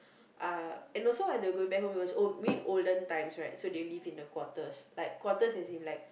uh and also when they're going back home it was during olden times right so they live in the quarters like quarters as in like